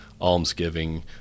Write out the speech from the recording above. almsgiving